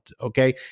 okay